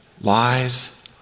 Lies